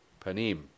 Panim